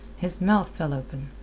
his mouth fell open.